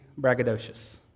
braggadocious